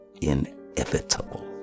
inevitable